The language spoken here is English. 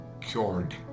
cured